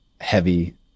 heavy